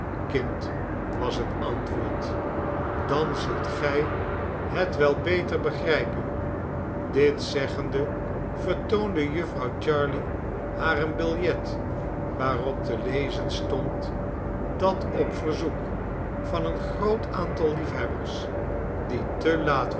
kind was het antwoord dan zult gij het wel beter begrijpen dit zeggende vertoonde jufvrouw jarley haar een biljet waarop te lezen stond dat op verzoek van een groot aantal liefhebbers die te laat